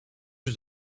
yüz